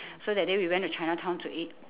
so that day we went to chinatown to eat